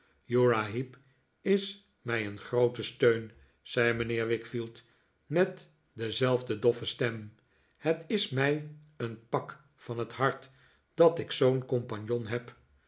uriah heep is mij een groote steun zei mijnheer wickfield met dezelfde doffe stem het is mij een pak van het hart dat ik zoo'n compagnon heb